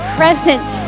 present